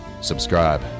subscribe